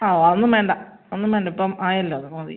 ആ അതൊന്നും വേണ്ട ഒന്നും വേണ്ട ഇപ്പം ആയല്ലോ അത് മതി